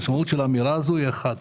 המשמעות של האמירה הזו היא אחת